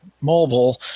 mobile